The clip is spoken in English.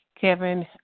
Kevin